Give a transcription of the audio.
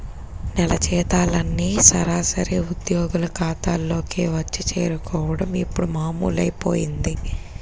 నెల జీతాలన్నీ సరాసరి ఉద్యోగుల ఖాతాల్లోకే వచ్చి చేరుకోవడం ఇప్పుడు మామూలైపోయింది